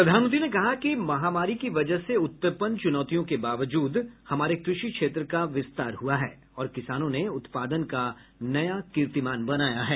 प्रधानमंत्री ने कहा कि महामारी की वजह से उत्पन्न चुनौतियों के बावजूद हमारे कृषि क्षेत्र का विस्तार हुआ है और किसानों ने उत्पादन का नया कीर्तिमान बनाया है